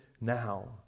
now